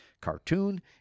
cartoon